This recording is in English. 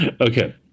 okay